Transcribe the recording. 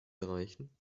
erreichen